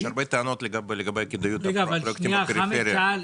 יש הרבה טענות לגבי הכדאיות של הפרויקטים בפריפריה.